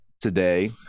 today